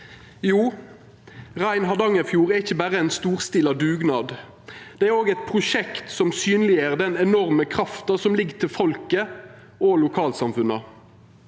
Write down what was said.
Jo, Rein Hardangerfjord er ikkje berre ein storstila dugnad, det er òg eit prosjekt som synleggjer den enorme krafta som ligg til folket og lokalsamfunna.